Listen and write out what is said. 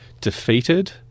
defeated